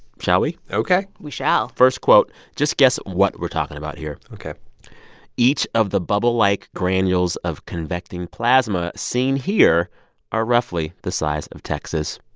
shall we? ok we shall first quote just guess what we're talking about here ok each of the bubble-like granules of convecting plasma seen here are roughly the size of texas